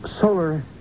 Solar